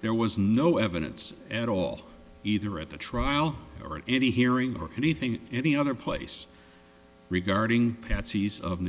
there was no evidence at all either at the trial or any hearing or anything any other place regarding patsy's of new